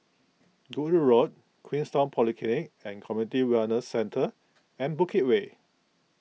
Goodwood Road Queenstown Polyclinic and Community Wellness Centre and Bukit Way